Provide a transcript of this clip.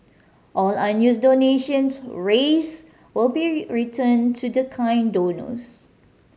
all unused donations raised will be returned to the kind donors